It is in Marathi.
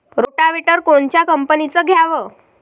रोटावेटर कोनच्या कंपनीचं घ्यावं?